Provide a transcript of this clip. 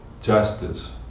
justice